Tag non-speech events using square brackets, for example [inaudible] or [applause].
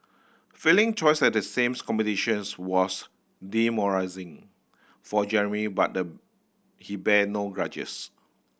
failing choice at the sames competitions was [unintelligible] for Jeremy but the he bear no grudges